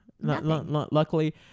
Luckily